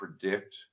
predict